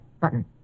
Button